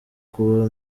kuba